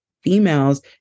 females